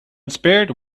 spared